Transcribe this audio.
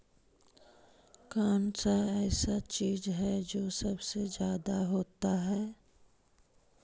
कौन सा ऐसा चीज है जो सबसे ज्यादा होता है?